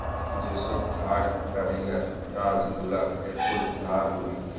যে সব থার্ড ডালিয়ার ড্যাস গুলার এখুল ধার গুলা